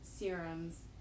Serums